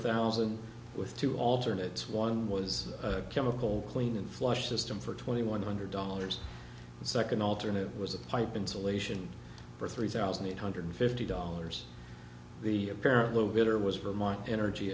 thousand with two alternate one was a chemical cleaning flush system for twenty one hundred dollars the second alternate was a pipe insulation for three thousand eight hundred fifty dollars the apparent little bitter was vermont energy